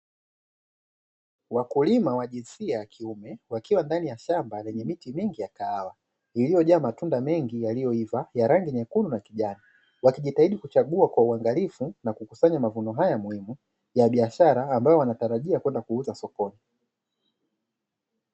Wakulima wa jinsia ya kiume, wakiwa ndani ya shamba lenye miti mingi ya kahawa iliyojaa matunda mengi yaliyoiva ya rangi nyekundu na kijani, wakijitahidi kuchagua kwa uangalifu na kukusanya mavuno haya muhimu ya biashara, ambayo wanatarajia kwenda kuuza sokoni.